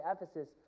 Ephesus